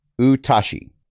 utashi